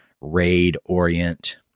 raid-orient